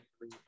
three